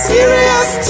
Serious